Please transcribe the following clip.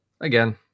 again